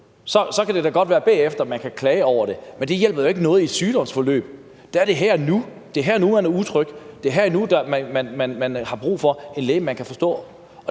Så kan det da godt være, at man bagefter kan klage over det, men det hjælper jo ikke noget i et sygdomsforløb; der er det her og nu. Det er her og nu, at man er utryg. Det er her og nu, at man har brug for en læge, man kan forstå.